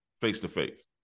face-to-face